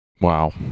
Wow